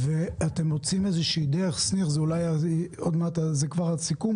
ואתם מוצאים דרך שניר, זה כבר לסיכום